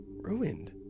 ruined